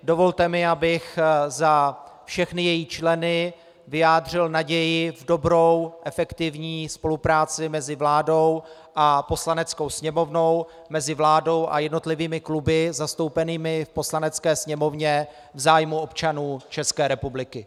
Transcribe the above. Dovolte mi, abych za všechny její členy vyjádřil naději v dobrou, efektivní spolupráci mezi vládou a Poslaneckou sněmovnou, mezi vládou a jednotlivými kluby zastoupenými v Poslanecké sněmovně v zájmu občanů České republiky.